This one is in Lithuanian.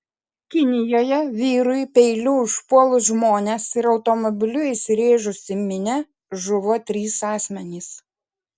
kinijoje vyrui peiliu užpuolus žmones ir automobiliu įsirėžus į minią žuvo trys asmenys